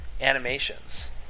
animations